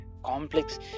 Complex